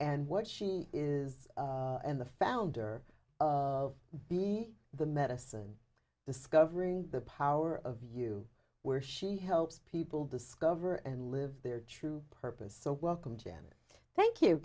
and what she is and the founder of be the medicine discovering the power of you where she helps people discover and live their true purpose so welcome jan thank you